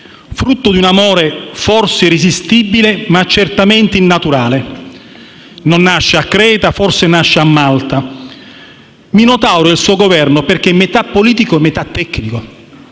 frutto di un amore forse irresistibile ma certamente innaturale, che non nasce a Creta, forse nasce a Malta. È Minotauro il suo Governo, perché metà politico e metà tecnico: